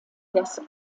das